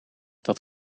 dat